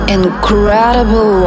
incredible